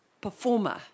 performer